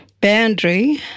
boundary